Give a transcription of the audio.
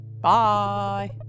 Bye